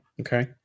okay